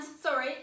sorry